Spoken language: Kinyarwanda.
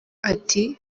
ati